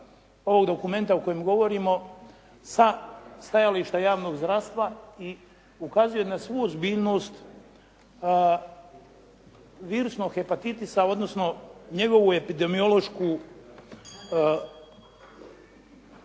ovog dokumenta o kojem govorimo sa stajališta javnog zdravstva i ukazuje na svu ozbiljnost virusnog hepatitisa, odnosno njegovu epidemiološku.